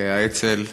לוותיקי האצ"ל.